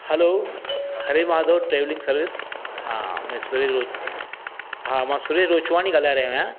hello Hare Madhav travelling service हा में हा मां सुरेश रोचवाणी ॻाल्हाए रहियो आहियां